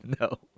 No